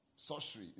sorcery